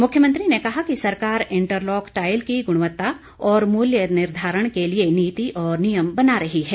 मुख्यमंत्री ने कहा कि सरकार इंटरलॉक टाइल की गुणवत्ता और मुल्य निर्धारण के लिए नीति और नियम बना रही है